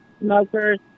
smokers